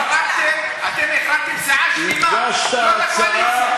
אתם החרמתם סיעה שלמה, כל הקואליציה, הגשת הצעה?